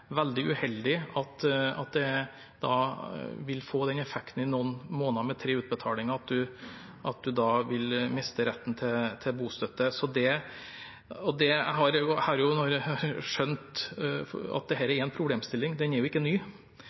veldig uheldig at det da i noen måneder med tre utbetalinger vil få den effekten at man vil miste retten til bostøtte. Jeg har skjønt at dette er en problemstilling, den er jo ikke ny. Jeg har gått etter dette for virkelig å se om det er